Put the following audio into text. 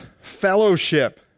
fellowship